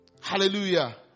Hallelujah